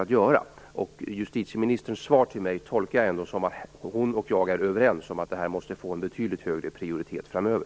Jag tolkar justitieministerns svar till mig så, att hon och jag är överens om att det här måste få en betydligt högre prioritet framöver.